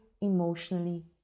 emotionally